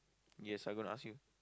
yes I gonna ask him